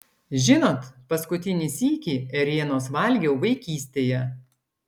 žinot paskutinį sykį ėrienos valgiau vaikystėje